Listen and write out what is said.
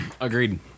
Agreed